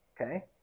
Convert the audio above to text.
okay